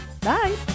Bye